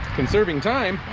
conserving time